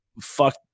fuck